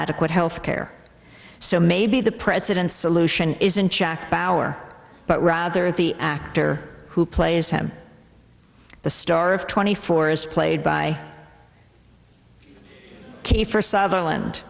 adequate health care so maybe the president's solution isn't chack bauer but rather the actor who plays him the star of twenty four is played by keifer sutherland